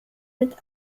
mit